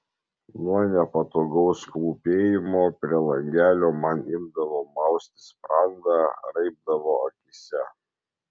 nuo nepatogaus klūpėjimo prie langelio man imdavo mausti sprandą raibdavo akyse